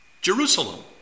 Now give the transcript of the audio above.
Jerusalem